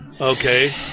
Okay